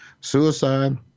suicide